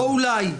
לא אולי.